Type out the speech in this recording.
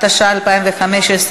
התשע"ה 2015,